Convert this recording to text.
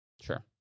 Sure